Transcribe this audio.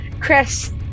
Chris